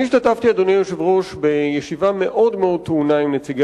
השתתפתי בישיבה מאוד טעונה עם נציגי